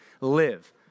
live